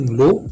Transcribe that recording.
low